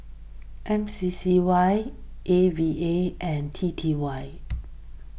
M C C Y A V A and T T Y